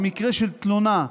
במקרה של תלונה,